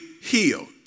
healed